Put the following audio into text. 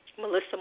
Melissa